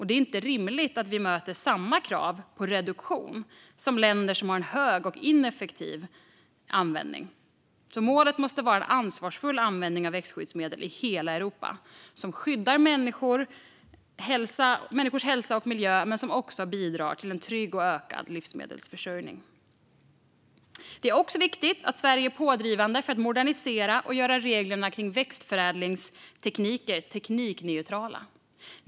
Det är inte rimligt att vi möter samma krav på reduktion som länder som har en hög och ineffektiv användning. Målet måste vara en ansvarsfull användning av växtskyddsmedel i hela Europa som skyddar människors hälsa och miljö men som också bidrar till en trygg och ökad livsmedelsförsörjning. Det är också viktigt att Sverige är pådrivande för att modernisera och göra reglerna kring växtförädlingstekniker teknikneutrala.